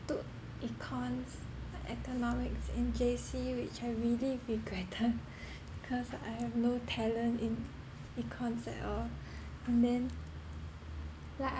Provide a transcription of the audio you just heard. took econs uh economics in J_C which I really regretted cause I have no talent in econs at all and then like